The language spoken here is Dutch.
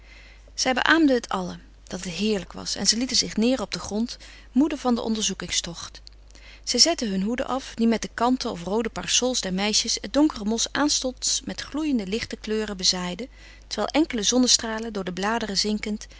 zij beäamden het allen dat het heerlijk was en lieten zich neêr op den grond moede van den onderzoekingstocht zij zetten hun hoeden af die met de kanten of roode parasols der meisjes het donkere mos aanstonds met gloeiende lichte kleuren bezaaiden terwijl enkele zonnestralen door de bladeren zinkend